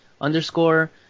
underscore